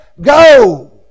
go